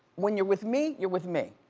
when you're with me, you're with me.